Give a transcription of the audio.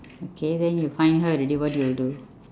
okay then you find her already what you will do